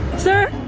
sir?